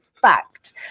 Fact